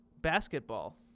basketball